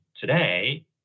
today